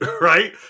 Right